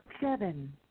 seven